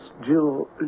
Jill